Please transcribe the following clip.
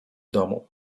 domu